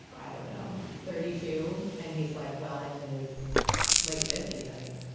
i don't know, thirty two and he's like well into his late fifty s, i think.